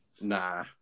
Nah